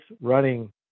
running